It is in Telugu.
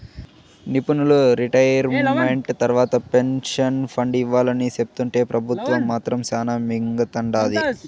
నిపునులు రిటైర్మెంట్ తర్వాత పెన్సన్ ఫండ్ ఇవ్వాలని సెప్తుంటే పెబుత్వం మాత్రం శానా మింగతండాది